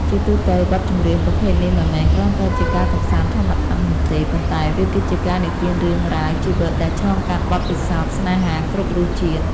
ជាទូទៅ បទចម្រៀងប្រភេទនេះមិនមែនគ្រាន់តែជាការកម្សាន្តធម្មតានោះទេ ប៉ុន្តែវាគឺជាការនិទានរឿងរ៉ាវជីវិតដែលឆ្លងកាត់បទពិសោធន៍ស្នេហាគ្រប់រសជាតិ។